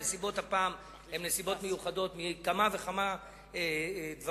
הנסיבות הפעם הן נסיבות מיוחדות בכמה וכמה דברים,